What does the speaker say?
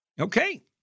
Okay